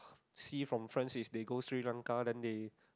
see from friends is they go Sri-Lanka then they